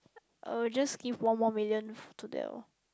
I'll just give one more million to that orh